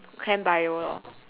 chem bio lor